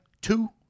Two